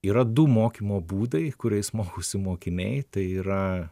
yra du mokymo būdai kuriais mokosi mokiniai tai yra